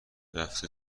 رفته